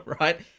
right